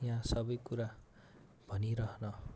यहाँ सब कुरा भनिरहन